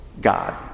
God